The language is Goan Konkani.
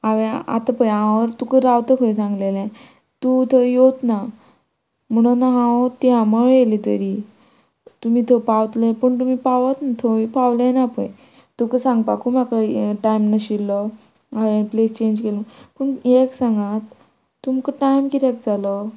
हांवें आतां पय हांव तुका रावतां खंय सांगलेलें तूं थंय येवत ना म्हणून हांव तिळामळ येयलें तरी तुमी थंय पावतले पूण तुमी पावत थंय पावलें ना पय तुका सांगपाकूय म्हाका हें टायम नाशिल्लो हांवेंन प्लेस चेंज केलो पूण एक सांगात तुमकां टायम कित्याक जालो